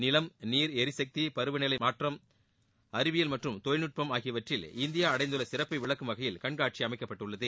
நிலம் நீர் எரிசக்தி பருவநிலை மாற்றம் அறிவியல் மற்றும் தொழில்நுட்பம் ஆகியவற்றில் இந்தியா அடைந்துள்ள சிறப்பை விளக்கும் வகையில் கண்காட்சி அமைக்கப்பட்டுள்ளது